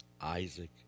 Isaac